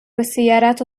السيارات